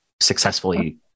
successfully